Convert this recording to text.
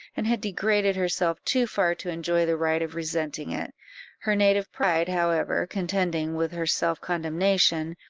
and had degraded herself too far to enjoy the right of resenting it her native pride, however, contending with her self-condemnation,